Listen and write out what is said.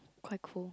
quite cool